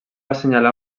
assenyalar